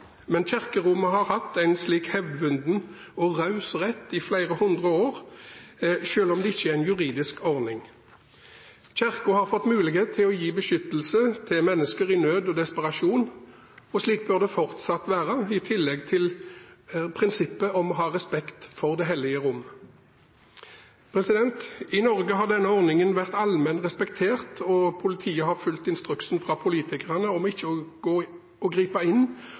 Men kirkerommet har hatt en slik hevdvunnen og raus rett i flere hundre år, selv om det ikke er en juridisk ordning. Kirken har fått mulighet til å gi beskyttelse til mennesker i nød og desperasjon. Slik bør det fortsatt være, i tillegg til prinsippet om å ha respekt for det hellige rom. I Norge har denne ordningen vært allment respektert, og politiet har fulgt instruksen fra politikerne om ikke å gripe inn